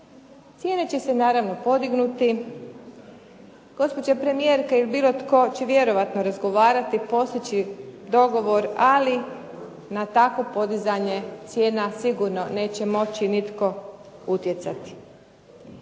Cijene će se naravno podignuti. Gospođa premijerka ili bilo tko će vjerojatno razgovarati, postići dogovor, ali na takvo podizanje cijena sigurno neće moći nitko utjecati.